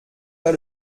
pas